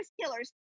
killers